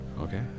Okay